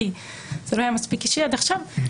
כי זה לא היה מספיק אישי עד עכשיו,